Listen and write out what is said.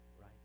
right